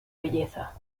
belleza